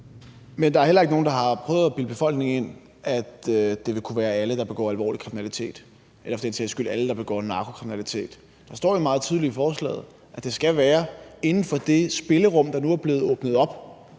Men der er heller ikke nogen, der har prøvet at bilde befolkningen ind, at det vil kunne være alle, der begår alvorlig kriminalitet, eller for den sags skyld alle, der begår narkokriminalitet. Der står jo meget tydeligt i forslaget, at det skal være inden for det spillerum, der nu er blevet åbnet op